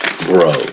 Bro